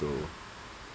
to